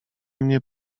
mnie